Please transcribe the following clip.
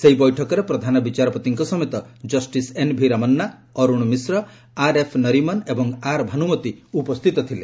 ସେହି ବୈଠକରେ ପ୍ରଧାନ ବିଚାରପତିଙ୍କ ସମେତ justice N V Ramana Arun Mishra R F Nariman ଏବଂ ଆର୍ ଭାନୁମତୀ ଉପସ୍ଥିତ ଥିଲେ